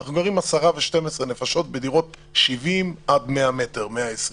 אנחנו גרים 12-10 נפשות בדירות 70 מ"ר עד 120-100 מ"ר.